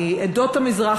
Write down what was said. עדות המזרח,